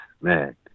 Man